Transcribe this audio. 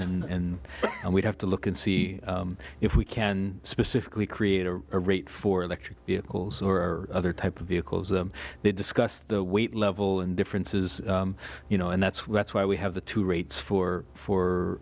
and and and we have to look and see if we can specifically create a rate for electric vehicles or other type of vehicles them to discuss the weight level and differences you know and that's why we have the two rates for for